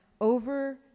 over